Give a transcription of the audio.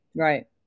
Right